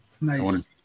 Nice